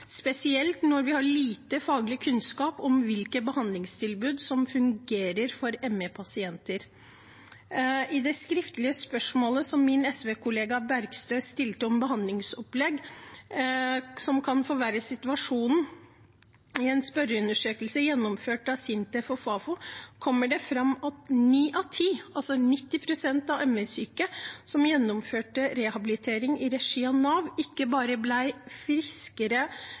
spesielt når vi har lite faglig kunnskap om hvilke behandlingstilbud som fungerer for ME-pasienter. I det skriftlige spørsmålet som min SV-kollega Bergstø stilte om behandlingsopplegg som kan forverre situasjonen, vises det til at det i en spørreundersøkelse gjennomført av SINTEF og Fafo kommer fram at ni av ti, altså 90 pst. av MS-syke som gjennomførte rehabilitering i regi av Nav, ikke ble friskere.